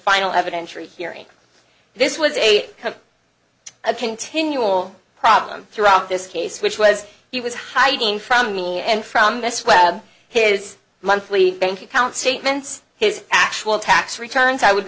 final evidentiary hearing this was a kind of continual problem throughout this case which was he was hiding from me and from miss webb his monthly bank account statements his actual tax returns i would